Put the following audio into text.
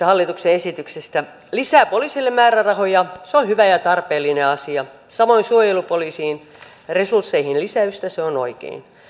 hallituksen esityksestä lisää poliisille määrärahoja se on hyvä ja tarpeellinen asia samoin suojelupoliisin resursseihin lisäystä se on oikein